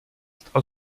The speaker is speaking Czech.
stalo